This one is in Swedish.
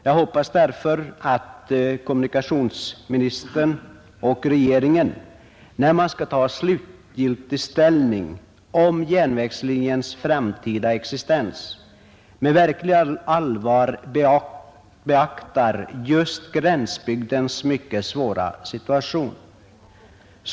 Jag hoppas därför att kommunikationsministern och regeringen när de skall ta slutgiltig ställning till järnvägslinjens framtida existens med verkligt allvar beaktar just gränsbygdens mycket svåra situation.